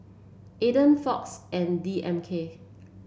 Aden Fox and D M K